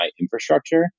infrastructure